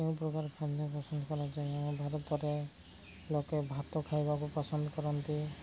କେଉଁ ପ୍ରକାର ଖାଦ୍ୟ ପସନ୍ଦ କରାଯାଏ ଆମ ଭାରତରେ ଲୋକେ ଭାତ ଖାଇବାକୁ ପସନ୍ଦ କରନ୍ତି